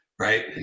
Right